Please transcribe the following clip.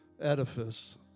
edifice